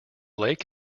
lake